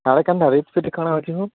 କାଲେ କେନ୍ତା ରେଟ୍ଫେଟ୍ କାଣା ଅଛି ହୋ